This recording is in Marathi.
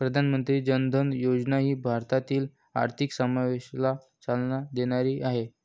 प्रधानमंत्री जन धन योजना ही भारतातील आर्थिक समावेशनाला चालना देण्यासाठी आहे